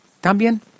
También